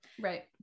Right